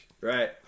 Right